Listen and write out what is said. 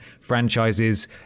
franchises